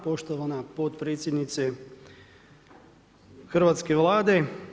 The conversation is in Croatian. Poštovana potpredsjednice Hrvatske vlade.